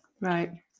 right